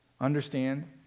Understand